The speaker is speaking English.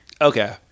Okay